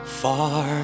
far